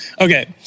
Okay